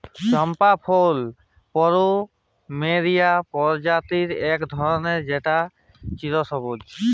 চম্পা ফুল পলুমেরিয়া প্রজাতির ইক ফুল যেট চিরসবুজ